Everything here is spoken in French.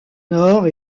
nord